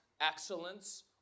excellence